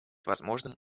возможным